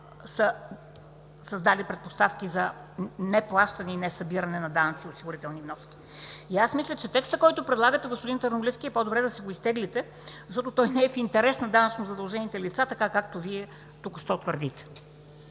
са създали предпоставки за неплащане и несъбиране на данъци и осигурителни вноски. Аз мисля, че текста, който предлагате, господин Търновалийски, е по-добре да си го изтеглите, защото той не е в интерес на данъчно задължените лица, както Вие току-що твърдите.